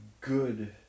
good